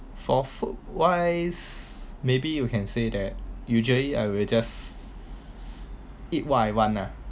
for food wise maybe you can say that usually I will just eat what I want ah